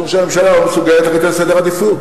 משום שהממשלה לא מסוגלת להחליט על סדר עדיפות,